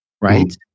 right